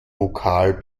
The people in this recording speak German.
vokal